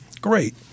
Great